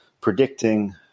predicting